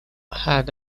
had